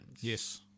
Yes